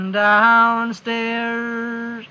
downstairs